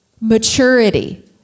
Maturity